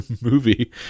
movie